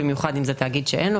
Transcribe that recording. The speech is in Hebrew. במיוחד אם זה תאגיד שאין לו,